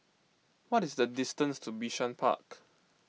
what is the distance to Bishan Park